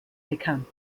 bekannt